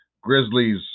Grizzlies